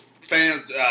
fans